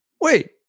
Wait